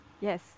Yes